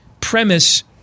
premise